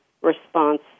response